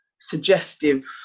suggestive